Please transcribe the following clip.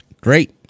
Great